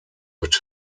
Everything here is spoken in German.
mit